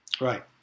Right